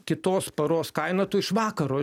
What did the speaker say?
kitos paros kaina tu iš vakaro